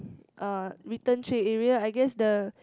uh return tray area I guess the